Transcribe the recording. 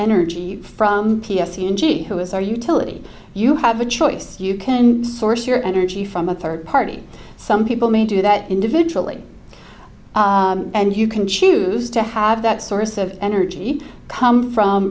energy from p s e and g who is our utility you have a choice you can source your energy from a third party some people may do that individually and you can choose to have that source of energy come from